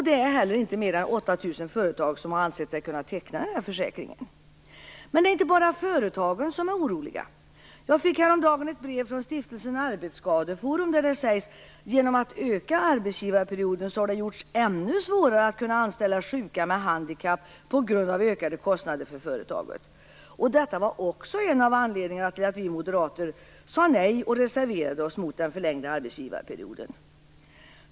Det är inte heller fler än 8 000 företag som har ansett sig kunna teckna försäkringen. Men det är inte bara företagen som är oroliga. Jag fick häromdagen ett brev från Stiftelsen Arbetsskadeforum där man skriver: "Genom att öka arbetsgivarperioden har det gjorts ännu svårare att kunna anställa sjuka med handikapp på grund av ökade kostnader för företaget." Detta var också en av anledningarna till att vi moderater sade nej till och reserverade oss mot den förlängda arbetsgivarperioden.